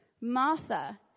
Martha